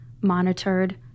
monitored